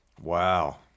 Wow